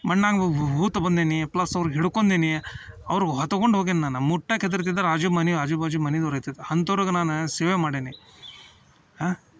ಮಣ್ಣಂಗೆ ಹೂತು ಬಂದೇನಿ ಪ್ಲಸ್ ಅವ್ರಿಗೆ ಹಿಡ್ಕೊಂಡೇನಿ ಅವ್ರಿಗೆ ಹೊತ್ತಗೊಂಡು ಹೋಗೀನಿ ನಾನು ಮುಟ್ಟೋಕೆ ಹೆದರ್ತಿದ್ರು ಆಜು ಮನೆ ಆಜುಬಾಜು ಮನೆದವ್ರು ಐತೆ ಅಂಥವ್ರಿಗೆ ನಾನು ಸೇವೆ ಮಾಡೀನಿ ಹಾಂ